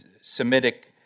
Semitic